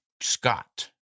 Scott